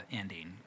ending